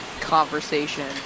conversation